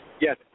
Yes